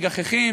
מגחכים,